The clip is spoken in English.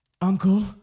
Uncle